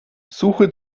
suche